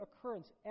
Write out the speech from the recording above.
occurrence